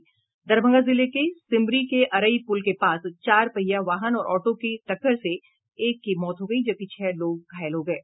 दरभंगा जिले के सिमरी के अरई पुल के पास चार पहिया वाहन और ऑटो की टक्कर से एक की मौत हो गयी जबकि छह लोग घायल हो गये